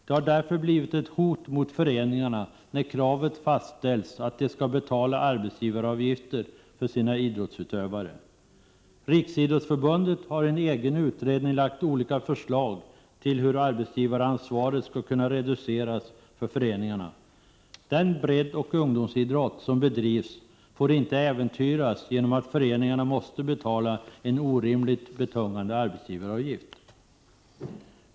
Det har därför blivit ett hot mot föreningarna när kravet fastställts att de skall betala arbetsgivaravgifter för sina idrottsutövare. Riksidrottsförbundet har i en egen utredning lagt fram olika förslag till hur arbetsgivaransvaret skall kunna reduceras för föreningarna. Den breddoch ungdomsidrott som bedrivs får inte äventyras genom att föreningarna måste betala en orimligt betungande arbetsgivaravgift.